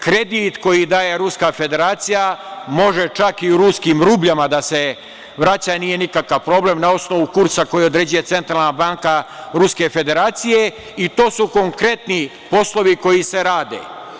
Kredit koji daje Ruska Federacija može čak i u ruskim rubljama da se vraća, nije nikakav problem, na osnovu kursa koji određuje Centralna banka Ruske Federacije i to su konkretni poslovi koji se rade.